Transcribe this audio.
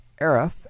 Arif